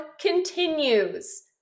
continues